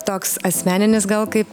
toks asmeninis gal kaip